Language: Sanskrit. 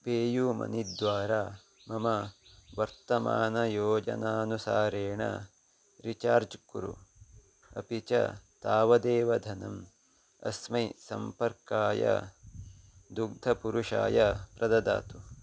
पे यू मनी द्वारा मम वर्तमानयोजनानुसारेण रिचार्ज् कुरु अपि च तावदेव धनम् अस्मै सम्पर्काय दुग्धपुरुषाय प्रददातु